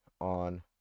on